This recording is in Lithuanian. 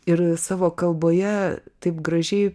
ir savo kalboje taip gražiai